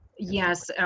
Yes